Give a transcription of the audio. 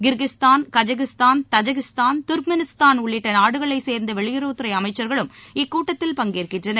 Kyrgyzstan Kazakhstan Turkmenistan உள்ளிட்ட நாடுகளைச் சேர்ந்த வெளியுறவுத்துறை அமைச்சர்களும் இக்கூட்டத்தில் பங்கேற்கின்றனர்